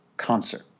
Concert